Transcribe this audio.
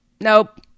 nope